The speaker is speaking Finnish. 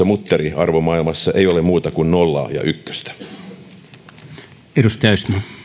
mutteriarvomaailmassa ei ole muuta kuin nollaa ja ykköstä